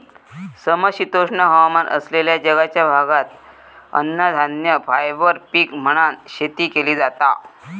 समशीतोष्ण हवामान असलेल्या जगाच्या भागात अन्नधान्य, फायबर पीक म्हणान शेती केली जाता